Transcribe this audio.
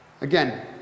Again